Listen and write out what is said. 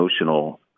emotional